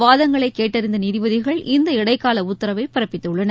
வாதங்களை கேட்டறிந்த நீதிபதிகள் இந்த இடைக்கால உத்தரவை பிறப்பித்துள்ளனர்